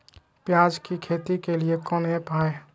प्याज के खेती के लिए कौन ऐप हाय?